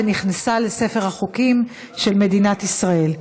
ונכנסת לספר החוקים של מדינת ישראל.